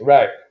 Right